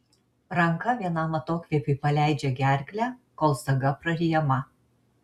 ranka vienam atokvėpiui paleidžia gerklę kol saga praryjama